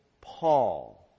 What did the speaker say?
Paul